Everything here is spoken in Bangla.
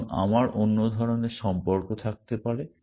এবং আমার অন্য ধরনের সম্পর্ক থাকতে পারে